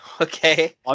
Okay